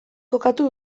kokatu